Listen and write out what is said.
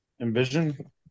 Envision